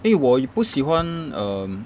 因为我不喜欢 um